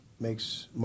makes